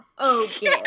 Okay